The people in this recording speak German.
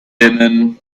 dimmen